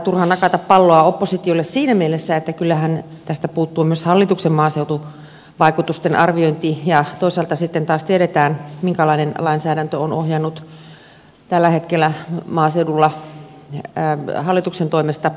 turha nakata palloa oppositiolle siinä mielessä että kyllähän tästä puuttuu myös hallituksen maaseutuvaikutusten arviointi ja toisaalta sitten taas tiedetään minkälainen lainsäädäntö on ohjannut tällä hetkellä maaseudulla hallituksen toimesta